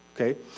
okay